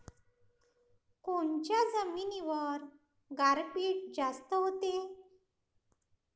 कोनच्या जमिनीवर गारपीट जास्त व्हते?